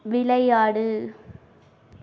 விளையாடு